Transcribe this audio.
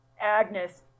Agnes